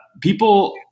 people